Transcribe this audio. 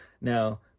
Now